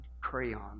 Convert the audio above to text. crayon